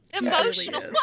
emotional